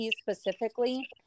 specifically